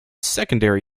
secondary